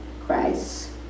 Christ